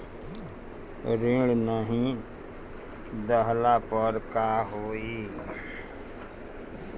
ऋण नही दहला पर का होइ?